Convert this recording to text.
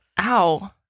Ow